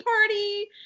party